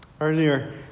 Earlier